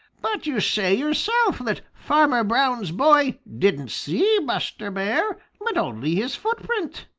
but you say yourself that farmer brown's boy didn't see buster bear, but only his footprint.